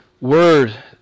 word